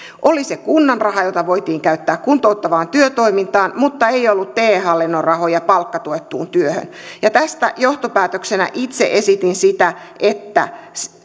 oli se kunnan raha jota voitiin käyttää kuntouttavaan työtoimintaan mutta ei ollut te hallinnon rahoja palkkatuettuun työhön tästä johtopäätöksenä itse esitin sitä että